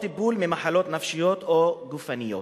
או לטפל במחלות נפשיות או גופניות.